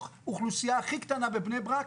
באוכלוסייה הכי קטנה בבני ברק